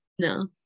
No